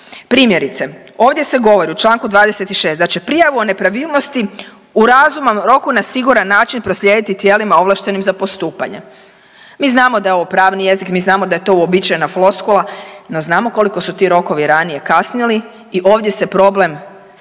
Primjerice, ovdje se govori u Članku 26. da će prijavu o nepravilnosti u razumnom roku na siguran način proslijediti tijelima ovlaštenim za postupanje. Mi znamo da je ovo pravni jezik, mi znamo da je to uobičajena floskula no znamo koliko su ti rokovi ranije kasnili i ovdje se problem